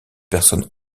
personnes